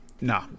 no